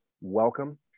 welcome